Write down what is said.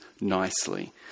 nicely